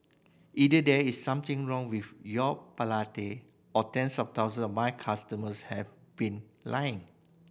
either there is something wrong with your palate or tens of thousands of my customers have been lying